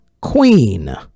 Queen